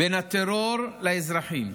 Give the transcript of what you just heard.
בין הטרור לאזרחים,